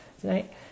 tonight